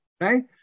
right